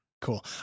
Cool